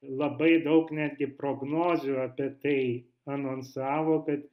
labai daug netgi prognozių apie tai anonsavo bet